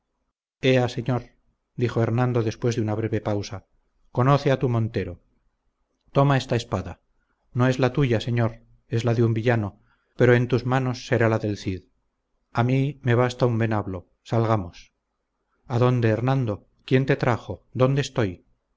señor dijo hernando después de una breve pausa conoce a tu montero toma esta espada no es la tuya señor es la de un villano pero en tus manos será la del cid a mí me basta un venablo salgamos adónde hernando quién te trajo dónde estoy